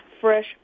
fresh